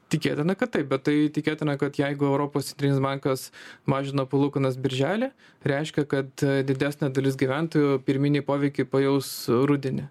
tikėtina kad taip bet tai tikėtina kad jeigu europos centrinis bankas mažina palūkanas birželį reiškia kad didesnė dalis gyventojų pirminį poveikį pajaus rudenį